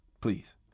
please